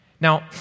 Now